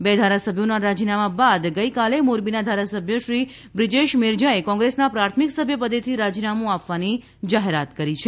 બે ધારાસભ્યોના રાજીનામાં બાદ ગઇકાલે મોરબીના ધારાસભ્ય શ્રી બ્રિજેશ મેરજાએ કોંગ્રેસના પ્રાથમિક સભ્યપદેથી રાજીનામુ આપવાની જાહેરાત કરી છે